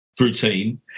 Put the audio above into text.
Routine